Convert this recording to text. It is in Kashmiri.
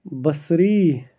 بصری